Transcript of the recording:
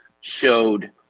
showed